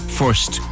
first